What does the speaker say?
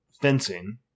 fencing